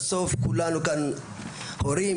בסוף כולנו כאן הורים,